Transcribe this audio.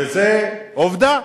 וזו עובדה.